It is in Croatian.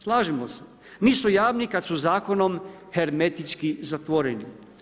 Slažemo se, nisu javni kad su zakonom hermetički zatvoreni.